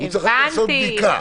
הוא צריך לעשות בדיקה.